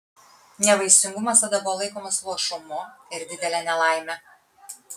nevaisingumas tada buvo laikomas luošumu ir didele nelaime